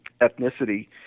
ethnicity